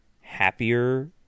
happier